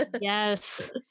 yes